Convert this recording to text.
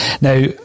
now